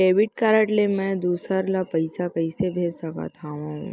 Debit card ले मैं दूसर ला पइसा कइसे भेज सकत हओं?